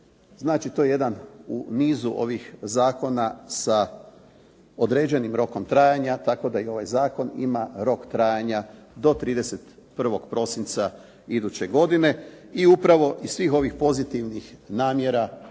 znači to je jedan u nizu ovih zakona sa određenim rokom trajanja, tako da i ovaj zakon ima rok trajanja do 31. prosinca iduće godine. I upravo iz svih ovih pozitivnih namjera